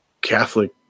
Catholic